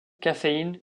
caféine